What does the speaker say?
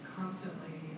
constantly